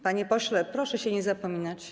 Panie pośle, proszę się nie zapominać.